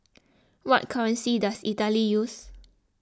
what currency does Italy use